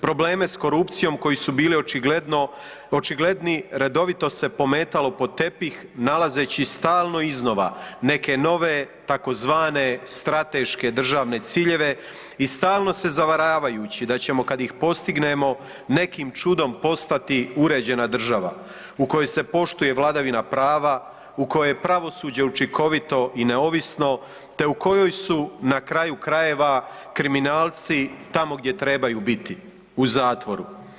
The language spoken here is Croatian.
Probleme s korupcijom koji su bili očigledni redovito se pometalo pod tepih nalazeći stalno iz nova neke nove tzv. Strateške državne ciljeve i stalno se zavaravajući da ćemo kada ih postignemo nekim čudom postati uređena država u kojoj se poštuje vladavina prava, u kojoj je pravosuđe učinkovito i neovisno te u kojoj su na kraju krajeva kriminalci tamo gdje trebaju biti, u zatvoru.